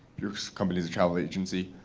your company's a travel agency.